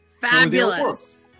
Fabulous